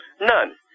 None